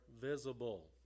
visible